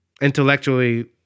intellectually